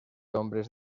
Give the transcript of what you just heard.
hombres